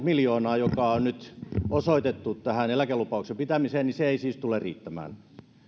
miljoonaa joka on nyt osoitettu tähän eläkelupauksen pitämiseen ei siis tule riittämään